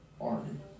Arden